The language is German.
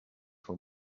von